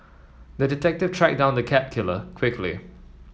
the detective tracked down the cat killer quickly